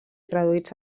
traduïts